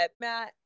Matt